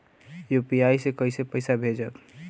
UPI से कईसे पैसा भेजब?